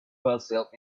herself